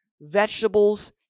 vegetables